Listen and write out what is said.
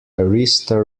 arista